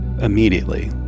immediately